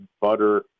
butter